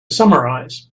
summarize